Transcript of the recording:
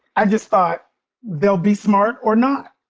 i just thought they'll be smart or not.